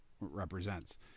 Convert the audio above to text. represents